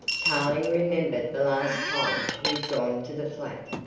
tarling remembered the last time he had gone to the flat,